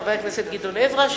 של חבר הכנסת גדעון עזרא,